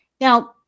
Now